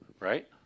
Right